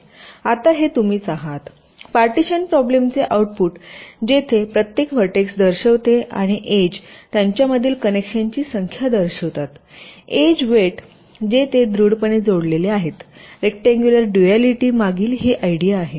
आता हे तुम्हीच आहात पार्टिशन प्रॉब्लेमचे आउटपुट जेथे प्रत्येक व्हर्टेक्स दर्शविते आणि एज त्यांच्यामधील कनेक्शनची संख्या दर्शवितात एज वेट जे ते दृढपणे जोडलेले आहेत रेक्टांगुलर डूआलिटी मागील ही आयडिया आहे